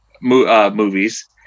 movies